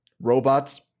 Robots